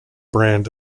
brand